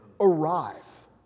arrive